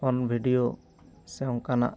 phone video ᱥᱮ ᱚᱱᱠᱟᱱᱟᱜ